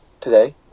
today